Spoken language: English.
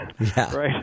right